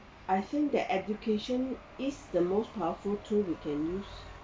I think that education is the most powerful tool you can use